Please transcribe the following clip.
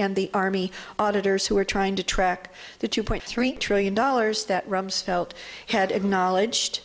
and the army auditors who were trying to track the two point three trillion dollars that rumsfeld had acknowledged